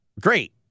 Great